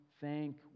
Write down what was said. thank